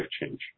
change